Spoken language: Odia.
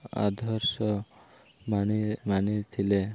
ଆଦର୍ଶ ମାନି ମାନିଥିଲେ